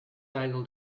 tidal